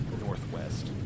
northwest